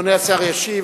אדוני השר ישיב.